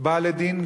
בא לדין,